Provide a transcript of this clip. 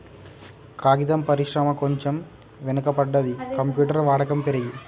కాగితం పరిశ్రమ కొంచెం వెనక పడ్డది, కంప్యూటర్ వాడకం పెరిగి